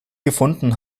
gefunden